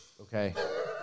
Okay